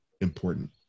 important